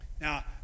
Now